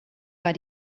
war